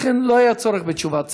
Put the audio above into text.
לכן לא היה צורך בתשובת שר.